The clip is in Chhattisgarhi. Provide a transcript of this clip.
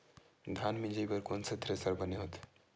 धान मिंजई बर कोन से थ्रेसर बने होथे?